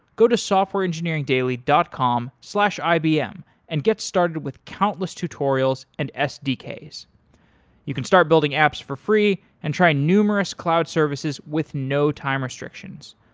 go to softwareengineeringdaily dot com slash ibm and get started with countless tutorials and sdks. you can start building apps for free and try numerous cloud services with no time restrictions.